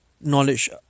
knowledge